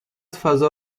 فضا